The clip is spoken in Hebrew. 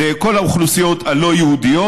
זה כל האוכלוסיות הלא-יהודיות.